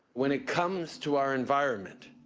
when it comes to our environment,